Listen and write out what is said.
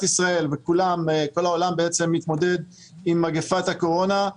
ישראל וכל העולם מתמודדים עם מגפת הקורונה,